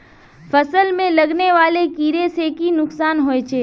फसल में लगने वाले कीड़े से की नुकसान होचे?